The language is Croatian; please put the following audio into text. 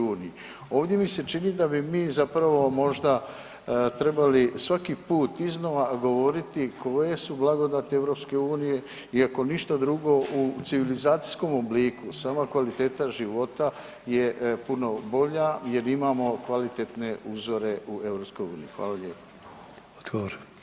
Ovdje mi se čini da bi mi zapravo možda trebali svaki put iznova govoriti koje su blagodati EU i ako ništa drugo u civilizacijskom obliku sama kvaliteta života je puno bolja jer imamo kvalitetne uzore u EU.